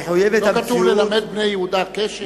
לא כתוב ללמד בני יהודה קשת?